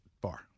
bar